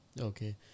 Okay